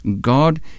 God